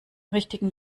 richtigen